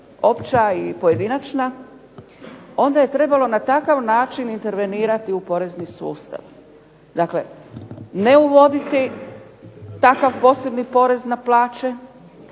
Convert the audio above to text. opća i pojedinačna, onda je trebalo na takav način intervenirati u porezni sustav. Dakle ne uvoditi takav porezni porez na plaće,